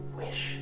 wish